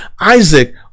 Isaac